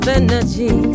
energy